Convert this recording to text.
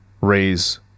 raise